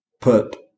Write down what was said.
put